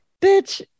bitch